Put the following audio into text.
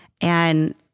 And-